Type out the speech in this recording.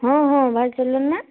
ହଁ ହଁ ବାହାରି ସାରିଲୁଣି ନା